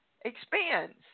expands